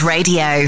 Radio